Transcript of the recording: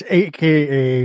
aka